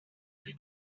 beti